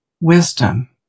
wisdom